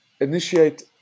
initiate